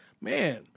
man